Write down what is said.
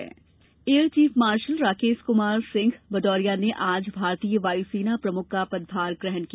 वायुसेना air chief marshal Rakesh Kumar Singh Bhadauria ने आज भारतीय वायुसेना प्रमुख का पदभार ग्रहण किया